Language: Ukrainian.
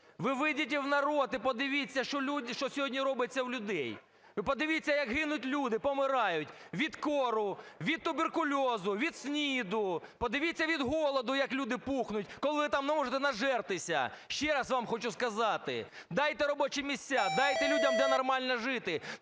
Вы выйдите в народ і подивіться, що сьогодні робиться у людей. Ви подивіться, як гинуть люди, помирають від кору, від туберкульозу, від СНІДу, подивіться, від голоду як люди пухнуть, коли ви там не можете нажертися! Ще раз вам хочу сказати: дайте робочі місця, дайте людям, де нормально жити,